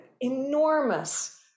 enormous